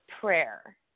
prayer